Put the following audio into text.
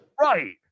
Right